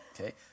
Okay